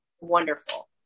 wonderful